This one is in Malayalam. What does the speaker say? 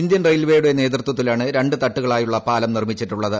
ഇന്ത്യൻ റെയിൽവേയുടെ നേതൃത്വത്തിലാണ് രണ്ടു തട്ടുകളായുള്ള പാലം നിർമ്മിച്ചിട്ടുള്ളത്